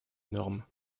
norme